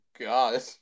God